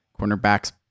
Cornerbacks